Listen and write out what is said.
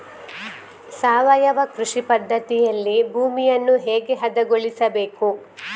ಸಾವಯವ ಕೃಷಿ ಪದ್ಧತಿಯಲ್ಲಿ ಭೂಮಿಯನ್ನು ಹೇಗೆ ಹದಗೊಳಿಸಬೇಕು?